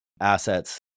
assets